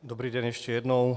Dobrý den, ještě jednou.